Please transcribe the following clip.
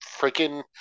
freaking